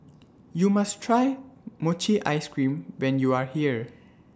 YOU must Try Mochi Ice Cream when YOU Are here